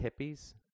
hippies